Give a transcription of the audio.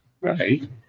Right